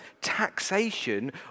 taxation